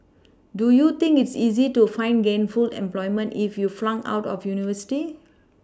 do you think it's easy to find gainful employment if you flunked out of university